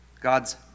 God's